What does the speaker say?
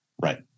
Right